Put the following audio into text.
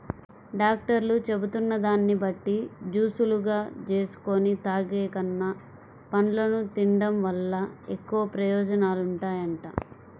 డాక్టర్లు చెబుతున్న దాన్ని బట్టి జూసులుగా జేసుకొని తాగేకన్నా, పండ్లను తిన్డం వల్ల ఎక్కువ ప్రయోజనాలుంటాయంట